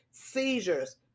seizures